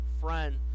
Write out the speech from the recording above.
Friend